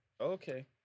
Okay